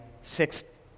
Sixth